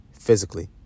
physically